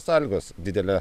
sąlygos didelė